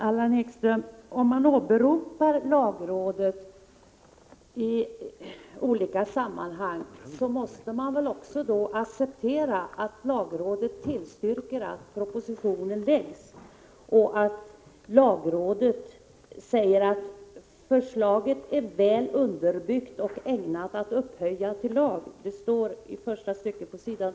Herr talman! Om man åberopar lagrådet i olika sammanhang, Allan Ekström, måste man också acceptera att lagrådet tillstyrker att en proposition läggs fram. Lagrådet säger att förslaget är ”väl underbyggt och ägnat att upphöjas till lag”. Det står i första stycket på s.